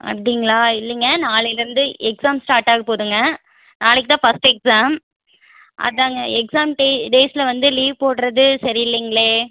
அப்படிங்களா இல்லைங்க நாளைலயிருந்து எக்ஸாம்ஸ் ஸ்டார்ட் ஆகப்போகுதுங்க நாளைக்கு தான் ஃபர்ஸ்ட் எக்ஸாம் அதுதாங்க எக்ஸாம் டே டேஸில் வந்து லீவ் போடுவது சரியில்லைங்களே